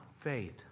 faith